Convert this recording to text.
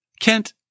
Kent